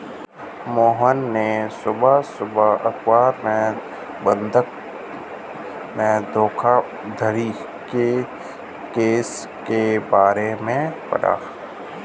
मोहन ने सुबह सुबह अखबार में बंधक धोखाधड़ी केस के बारे में पढ़ा